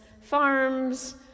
farms